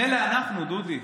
מילא אנחנו, דודי,